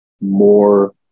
more